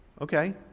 Okay